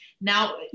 now